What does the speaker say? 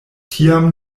tiam